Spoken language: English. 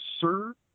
sir